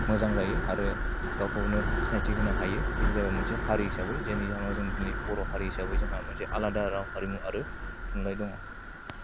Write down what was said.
मोजां जायो आरो गावखौनो सिनायथि होनो हायो बेयो बेनो जाबाय मोनसे हारि हिसाबै जोंनि बर' हारि हिसाबै जोंहा मोनसे आलादा राव हारिमु आरो थुनलाइ दङ